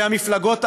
והמפלגות הערביות,